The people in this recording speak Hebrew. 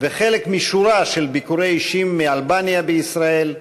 וחלק משורה של ביקורי אישים מאלבניה בישראל,